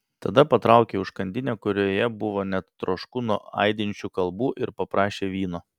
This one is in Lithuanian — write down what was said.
tada patraukė į užkandinę kurioje buvo net trošku nuo aidinčių kalbų ir paprašė vyno